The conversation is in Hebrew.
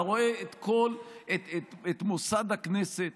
אתה רואה את מוסד הכנסת